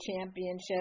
Championship